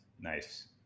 nice